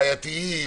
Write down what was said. בעייתיים.